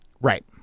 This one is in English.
right